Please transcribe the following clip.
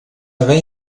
haver